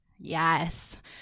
Yes